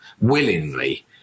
willingly